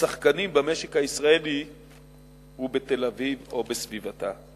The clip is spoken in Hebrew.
השחקנים במשק הישראלי הוא בתל-אביב או בסביבתה.